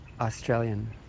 Australian